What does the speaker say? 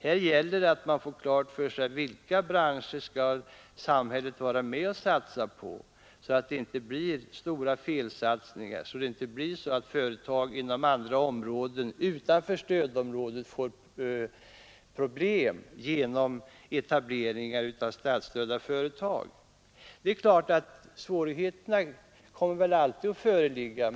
Här gäller det att få klart för sig vilka branscher samhället skall vara med och satsa på, så att det inte blir stora felsatsningar, så att inte företag inom andra områden — utanför stödområdet — får problem genom etableringar av statsstödda företag. Det är klart att svårigheter alltid kommer att föreligga.